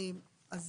אז